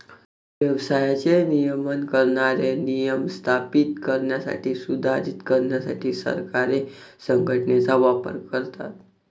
व्यवसायाचे नियमन करणारे नियम स्थापित करण्यासाठी, सुधारित करण्यासाठी सरकारे संघटनेचा वापर करतात